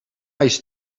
ice